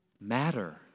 matter